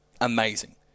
amazing